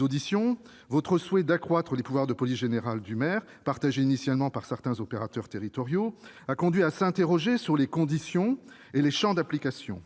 auditions, votre souhait d'accroître les pouvoirs de police générale du maire, partagé initialement par certains opérateurs territoriaux, a suscité des interrogations relatives aux conditions et au champ d'application